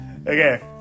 Okay